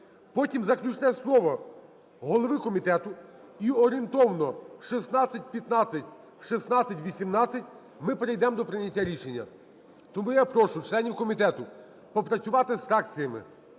потім – заключне слово голови комітету, і орієнтовно в 16:15, в 16:18 ми перейдемо до прийняття рішення. Тому я прошу членів комітету попрацювати з фракціями